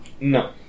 No